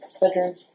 bedroom